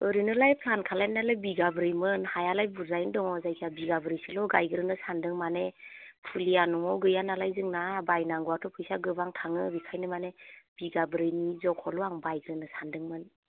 ओरैनोलाय प्लान खालामनायालाय बिगाब्रैमोन हायालाय बुरजायैनो दङ जायखिजाया बिगाब्रैसोल' गायग्रोनो सानदों माने फुलिया न'आव गैया नालाय जोंना बायनांगौआथ' फैसा गोबां थाङो बेनिखायनो माने बिगाब्रैनि जख'ल' आं बायग्रोनो सानदोंमोन